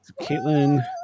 Caitlin